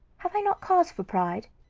have i not cause for pride?